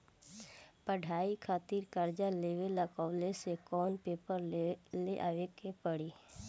पढ़ाई खातिर कर्जा लेवे ला कॉलेज से कौन पेपर ले आवे के पड़ी?